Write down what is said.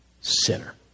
sinner